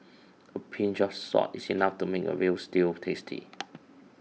a pinch of salt is enough to make a Veal Stew tasty